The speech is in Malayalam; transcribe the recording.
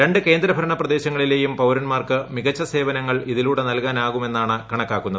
രണ്ട് കേന്ദ്രഭരണ പ്രദേശങ്ങളിലേയും പൌരന്മാർക്ക് മികച്ച സേവനങ്ങൾ ഇതിലൂടെ നൽകാനാകുമെന്നാണ് കണക്കാക്കുന്നത്